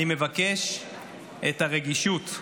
אני מבקש את הרגישות,